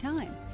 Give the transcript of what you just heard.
Time